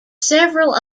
several